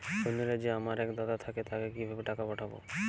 অন্য রাজ্যে আমার এক দাদা থাকে তাকে কিভাবে টাকা পাঠাবো?